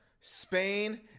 spain